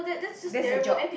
that's their job